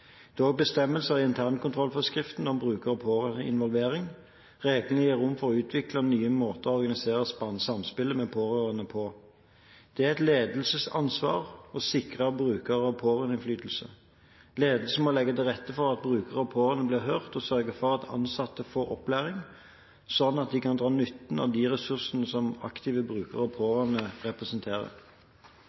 Det er også bestemmelser i internkontrollforskriften om bruker- og pårørendeinvolvering. Reglene gir rom for å utvikle nye måter å organisere samspillet med pårørende på. Det er et ledelsesansvar å sikre bruker- og pårørendeinnflytelsen. Ledelsen må legge til rette for at brukere og pårørende blir hørt, og sørge for at ansatte får opplæring, slik at de kan dra nytte av den ressursen som aktive brukere og pårørende representerer.